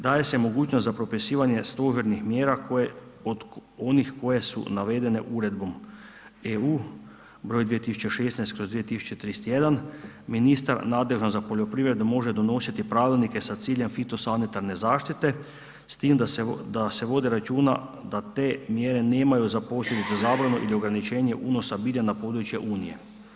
Daje se mogućnost za propisivanje stožernih mjera od onih koje su navedene uredbom EU br. 2016/2031, ministar nadležan za poljoprivredu može donositi pravilnike sa ciljem fitosanitarne zaštite s tim da se vodi računa da te mjere nemaju za posljedicu zabranu i … ograničenje unosa bilja na području Unije.